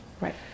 right